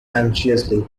anxiously